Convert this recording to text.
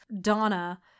Donna